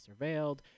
surveilled